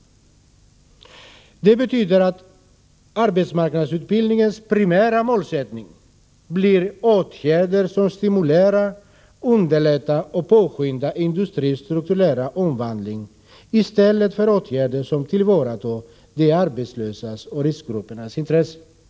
Det betyder att arbetsmarknadsutbildningens primära målsättning blir åtgärder som stimulerar, underlättar och påskyndar industrins strukturella omvandling, i stället för åtgärder som innebär att de arbetslösas och riskgruppernas intressen tillvaratas.